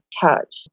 touch